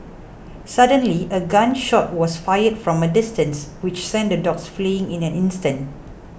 suddenly a gun shot was fired from a distance which sent the dogs fleeing in an instant